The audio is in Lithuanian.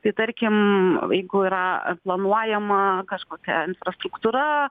tai tarkim jeigu yra planuojama kažkokia struktūra